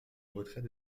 retrait